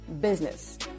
business